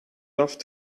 loved